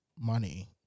money